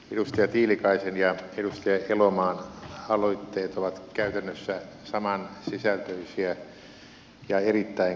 edustaja tiilikaisen ja edustaja elomaan aloitteet ovat käytännössä samansisältöisiä ja erittäin kannatettavia